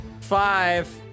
Five